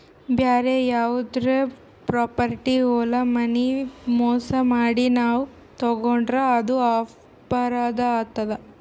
ಬ್ಯಾರೆ ಯಾರ್ದೋ ಪ್ರಾಪರ್ಟಿ ಹೊಲ ಮನಿ ಮೋಸ್ ಮಾಡಿ ನಾವ್ ತಗೋಂಡ್ರ್ ಅದು ಅಪರಾಧ್ ಆತದ್